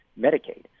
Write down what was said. Medicaid